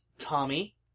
Tommy